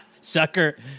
sucker